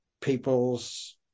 people's